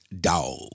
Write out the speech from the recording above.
Dog